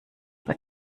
bei